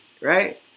right